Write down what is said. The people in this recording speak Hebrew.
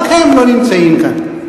רק הם לא נמצאים כאן.